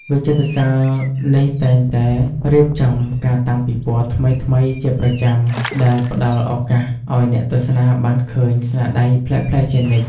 វិចិត្រសាលនេះតែងតែរៀបចំការតាំងពិពណ៌ថ្មីៗជាប្រចាំ ដែលផ្តល់ឱកាសឲ្យអ្នកទស្សនាបានឃើញស្នាដៃប្លែកៗជានិច្ច។